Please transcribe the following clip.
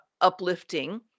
uplifting